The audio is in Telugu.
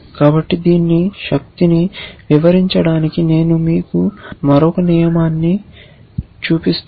కాబట్టి దీని శక్తిని వివరించడానికి నేను మీకు మరొక నియమాన్ని చూపిస్తాను